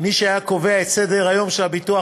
מי שהיה קובע את סדר-היום של הביטוח